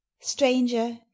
stranger